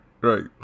right